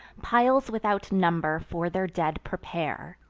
piles without number for their dead prepare.